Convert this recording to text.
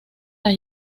las